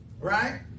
right